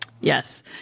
Yes